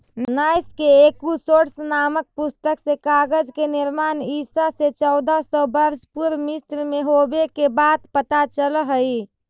नैश के एकूसोड्स् नामक पुस्तक से कागज के निर्माण ईसा से चौदह सौ वर्ष पूर्व मिस्र में होवे के बात पता चलऽ हई